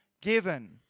given